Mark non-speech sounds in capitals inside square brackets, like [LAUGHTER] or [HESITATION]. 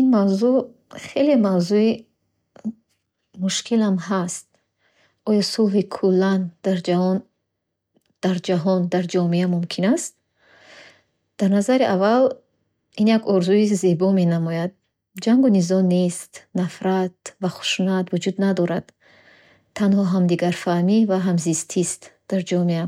Ин мавузуъ хеле мавзуи [HESITATION] мушкил ҳам ҳаст. Ое сулҳи куллан дар ҷаҳон дар ҷаҳон, дар ҷомеа мумкин аст? Дар назари аввал, ин як орзуи зебо менамояд. Ҷангу низоъ нест, нафрат ва хушунат вуҷуд надорад, танҳо ҳамдигарфаҳмӣ ва ҳамзистист дар ҷомеа.